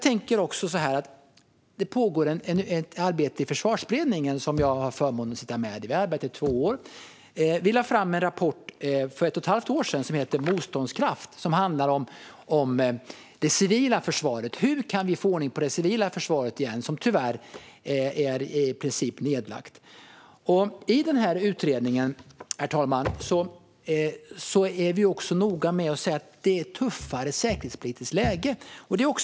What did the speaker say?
Det pågår ett arbete i Försvarsberedningen, som jag har förmånen att sitta med i. Vi har arbetat i två år och lade för ett och ett halvt år sedan fram en rapport som heter Motståndskraft . Den handlar om det civila försvaret och hur vi kan få ordning på det igen. Det är tyvärr i princip nedlagt. Herr talman! I utredningen är vi också noga med att påpeka att det är ett tuffare säkerhetspolitiskt läge.